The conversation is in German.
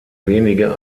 wenige